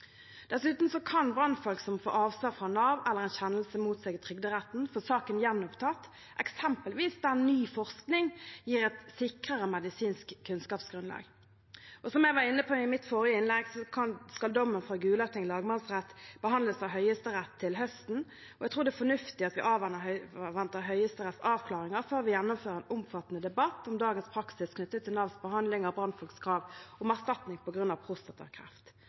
Dessuten kan brannfolk som får avslag fra Nav, eller en kjennelse mot seg i Trygderetten, få saken gjenopptatt, eksempelvis der ny forskning gir et sikrere medisinsk kunnskapsgrunnlag. Som jeg var inne på i mitt forrige innlegg, skal dommen fra Gulating lagmannsrett behandles av Høyesterett til høsten. Jeg tror det er fornuftig at vi avventer Høyesteretts avklaringer før vi gjennomfører en omfattende debatt om dagens praksis knyttet til Navs behandling av brannfolks krav om erstatning på grunn av prostatakreft.